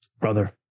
Brother